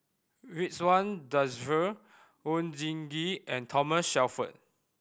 Ridzwan Dzafir Oon Jin Gee and Thomas Shelford